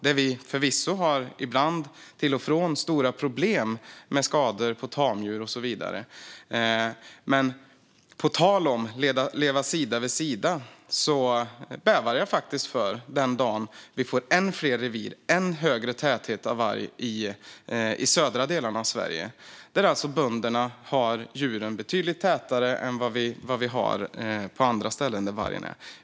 Vi har förvisso ibland stora problem med skador på tamdjur och så vidare, men i fråga om att leva sida vid sida bävar jag faktiskt för den dag det finns än fler revir och än högre täthet av varg i södra delarna av Sverige. Där håller bönderna djuren betydligt tätare än på andra ställen där vargen finns.